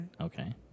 Okay